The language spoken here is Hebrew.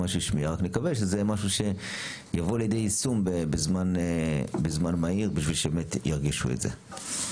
נקווה שזה משהו שיבוא לידיי יישום בזמן מהיר בשביל שבאמת ירגישו את זה.